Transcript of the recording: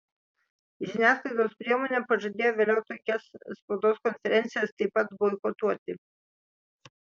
žiniasklaidos priemonė pažadėjo vėliau tokias spaudos konferencijas taip pat boikotuoti